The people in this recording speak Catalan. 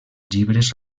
llibres